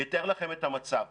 נתאר לכם את המצב.